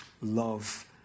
love